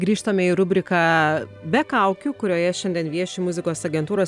grįžtame į rubriką be kaukių kurioje šiandien vieši muzikos agentūros